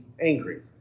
angry